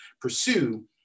pursue